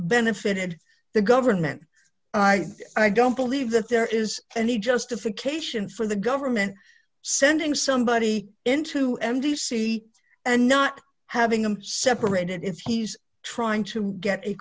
benefited the government i don't believe that there is any justification for the government sending somebody into m d c and not having them separated if he's trying to get a